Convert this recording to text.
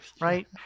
right